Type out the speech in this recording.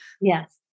Yes